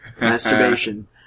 masturbation